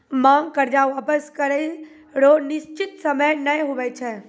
मांग कर्जा वापस करै रो निसचीत सयम नै हुवै छै